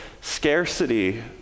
scarcity